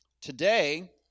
today